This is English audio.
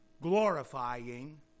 Glorifying